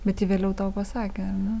bet ji vėliau tau pasakė ar ne